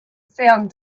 found